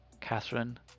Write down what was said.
Catherine